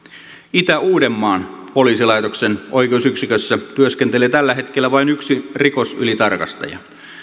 itä uudenmaan poliisilaitoksen oikeusyksikössä työskentelee tällä hetkellä vain yksi rikosylitarkastaja